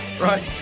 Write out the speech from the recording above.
Right